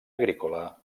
agrícola